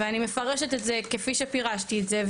ואני מפרשת את זה כפי שפירשתי את זה,